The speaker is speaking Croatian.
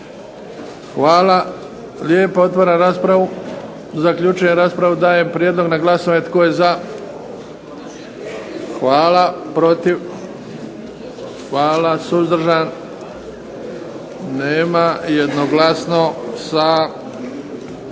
Hvala lijepa. Otvaram raspravu. Zaključujem raspravu. Dajem prijedlog na glasovanje. Tko je za? Hvala. Protiv? Hvala. Suzdržan? Nema. Jednoglasno sa